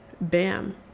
bam